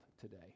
today